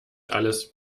alles